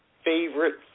Favorite